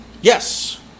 Yes